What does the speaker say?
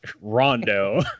Rondo